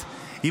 האם